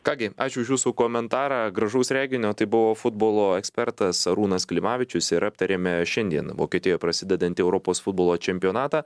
ką gi ačiū už jūsų komentarą gražaus reginio tai buvo futbolo ekspertas arūnas klimavičius ir aptarėme šiandien vokietijoj prasidedantį europos futbolo čempionatą